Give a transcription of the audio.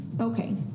Okay